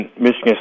Michigan